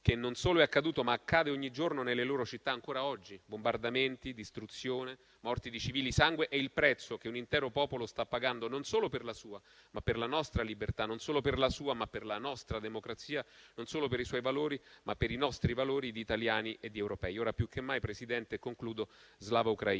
che non solo è accaduto, ma che accade ogni giorno nelle loro città ancora oggi (bombardamenti, distruzione, morti di civili, sangue), è il prezzo che un intero popolo sta pagando non solo per la sua, ma per la nostra libertà; non solo per la sua, ma per la nostra democrazia; non solo per i suoi valori, ma per i nostri valori di italiani e di europei. Ora più che mai, signor Presidente, *Slava Ukraïni*.